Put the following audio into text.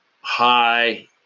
high